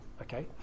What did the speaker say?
okay